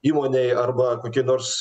įmonei arba kokioj nors